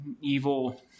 evil